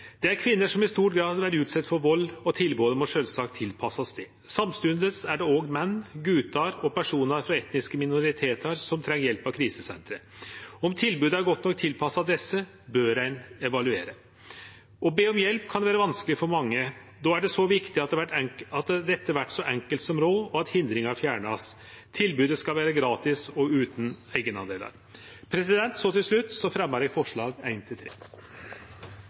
Det er kvinner som i stor grad er utsette for vald, og tilbodet må sjølvsagt tilpassast dei. Samstundes er det òg menn, gutar og personar frå etniske minoritetar som treng hjelp av krisesentra. Om tilbodet er godt nok tilpassa desse, bør ein evaluere. Å be om hjelp kan vere vanskeleg for mange. Difor er det så viktig at det vert så enkelt som råd, og at hindringar vert fjerna. Tilbodet skal vere gratis og utan eigendel. Til slutt tek eg opp forslaga nr. 1–3. Da har representanten Olav Urbø tatt opp de forslagene han refererte til.